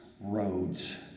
Roads